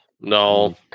No